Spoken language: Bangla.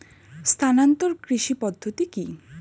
স্থানান্তর কৃষি পদ্ধতি কি?